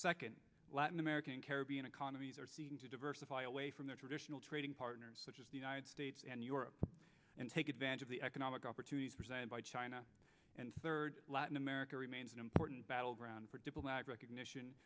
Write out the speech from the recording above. second latin american and caribbean economies are seeking to diversify away from their traditional trading partners such as the united states and europe and take advantage of the economic opportunities presented by china and third latin america remains an important battleground for diplomatic recognition